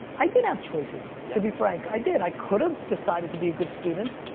i did have choices, to be frank, i did. i could've decided to be a good student.